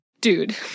dude